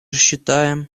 считаем